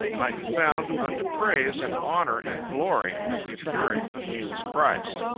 might be found unto praise and honor and glory, at the appearing of jesus christ.